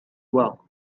well